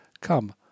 come